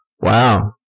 Wow